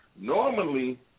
normally